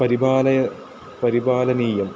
परिपालय परिपालनीयम्